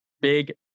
big